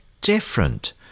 different